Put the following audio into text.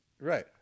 Right